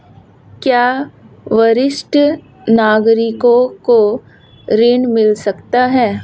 क्या वरिष्ठ नागरिकों को ऋण मिल सकता है?